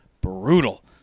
brutal